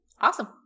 Awesome